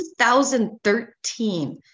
2013